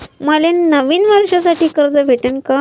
मले नवीन वर्षासाठी कर्ज भेटन का?